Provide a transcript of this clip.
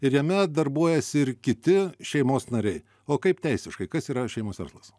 ir jame darbuojasi ir kiti šeimos nariai o kaip teisiškai kas yra šeimos verslas